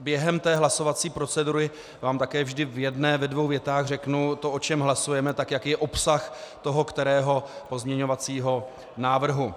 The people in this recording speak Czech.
Během hlasovací procedury vám také vždy v jedné dvou větách také řeknu, o čem hlasujeme, také jaký je obsah toho kterého pozměňovacího návrhu.